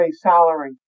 salary